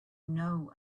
know